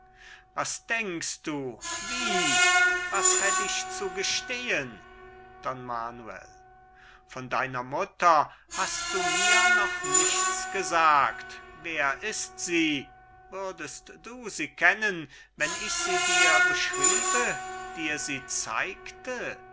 was denkst du wie was hätt ich zu gestehen don manuel von deiner mutter hast du mir noch nichts gesagt wer ist sie würdest du sie kennen wenn ich sie dir beschriebe dir sie zeigte